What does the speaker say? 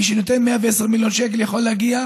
מי שנותן 110 מיליון שקל יכול להגיע